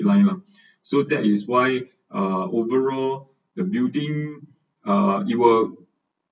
line lah so that is why uh overall the building uh it will